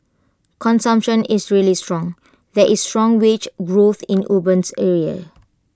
consumption is really strong there is strong wage growth in urban areas